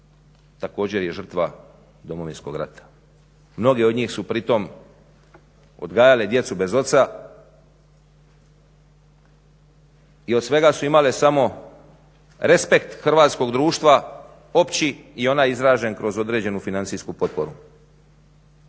također je žrtva Domovinskog rata. Mnoge od njih su pritom odgajale djecu bez oca i od svega su imale samo respekt hrvatskog društva opći i onaj izražen kroz određenu financijsku potporu.